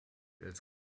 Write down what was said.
als